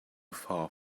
far